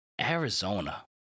Arizona